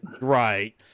Right